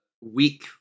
week